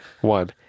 one